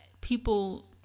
people